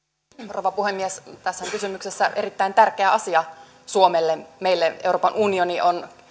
rouva puhemies tässä on kysymyksessä erittäin tärkeä asia suomelle meille euroopan unioni on